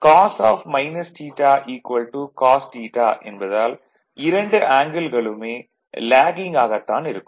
cos theta cos theta cos θ cos θ என்பதால் இரண்டு ஆங்கில்களுமே லேகிங் ஆகத் தான் இருக்கும்